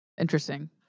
interesting